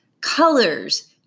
colors